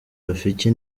rafiki